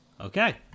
okay